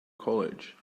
college